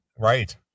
Right